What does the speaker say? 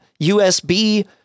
usb